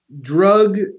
drug